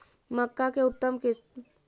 मक्का के उतम किस्म?